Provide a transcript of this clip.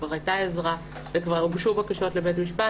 כבר הייתה עזרה וכבר הוגשו בקשות לבית משפט,